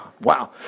Wow